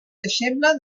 deixeble